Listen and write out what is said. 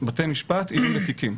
בתי משפט (עיון בתיקים).